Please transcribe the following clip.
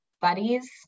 buddies